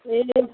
ए